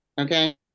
Okay